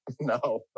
No